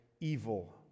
evil